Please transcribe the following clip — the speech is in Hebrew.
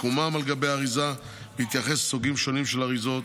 ומיקומן על גבי האריזה בהתייחס לסוגים שונים של אריזות.